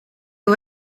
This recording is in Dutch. een